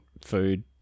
food